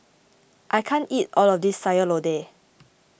I can't eat all of this Sayur Lodeh